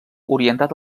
orientat